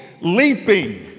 leaping